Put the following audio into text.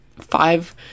five